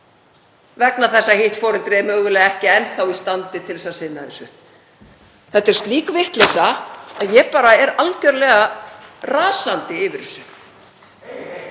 vegna þess að hitt foreldrið er mögulega ekki enn þá í standi til þess að sinna barninu. Þetta er slík vitleysa að ég er algjörlega rasandi yfir þessu.